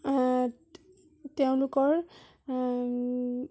তেওঁলোকৰ